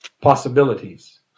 possibilities